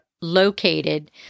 located